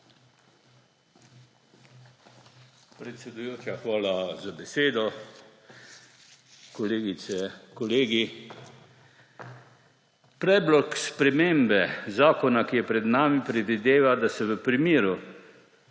Predsedujoča, hvala za besedo. Kolega in kolegi! Predlog spremembe zakona, ki je pred nami, predvideva, da se v primeru,